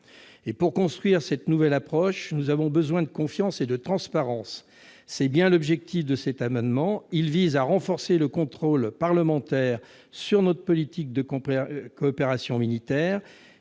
Or, pour construire cette nouvelle approche, nous avons besoin de confiance et de transparence. Tel est bien l'objectif de cet amendement, qui vise à renforcer le contrôle parlementaire sur notre politique de coopération militaire.